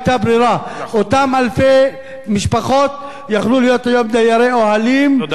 אותן אלפי משפחות היו יכולות להיות היום דיירות אוהלים או קרוונים.